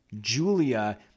Julia